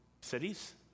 cities